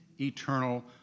eternal